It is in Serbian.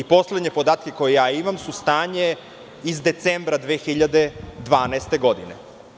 Poslednje podatke koje imam su o stanju iz decembra 2012. godine.